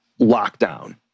lockdown